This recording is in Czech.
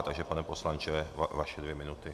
Takže pane poslanče, vaše dvě minuty.